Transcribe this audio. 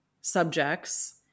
subjects